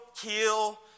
kill